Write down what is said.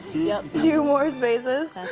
yup. two more spaces. that's